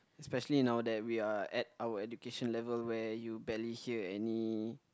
especially now that we are at our education level where you barely hear any